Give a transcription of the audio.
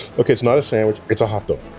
okay, it's not a sandwich, it's a hot dog.